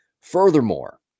Furthermore